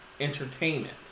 entertainment